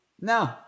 No